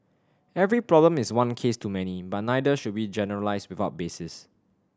every problem is one case too many but neither should we generalise without basis